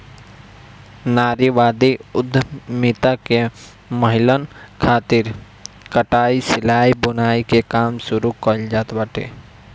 नारीवादी उद्यमिता में महिलन खातिर कटाई, सिलाई, बुनाई के काम शुरू कईल जात बाटे